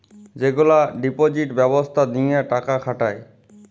যেগলা ডিপজিট ব্যবস্থা দিঁয়ে টাকা খাটায়